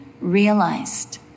realized